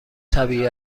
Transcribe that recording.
طبیعی